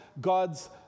God's